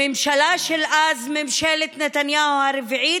לממשלה של אז, ממשלת נתניהו הרביעית,